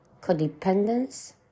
codependence